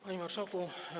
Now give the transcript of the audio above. Panie Marszałku!